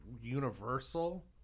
Universal